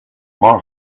more